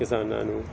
ਕਿਸਾਨਾਂ ਨੂੰ